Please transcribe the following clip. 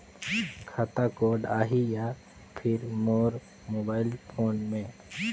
खाता कोड आही या फिर मोर मोबाइल फोन मे?